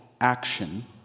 action